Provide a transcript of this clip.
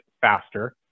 faster